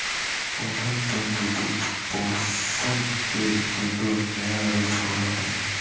उद्यम पूंजी वित्तपोषण के एगो नया रूप होबा हइ